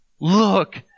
Look